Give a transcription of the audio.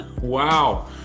wow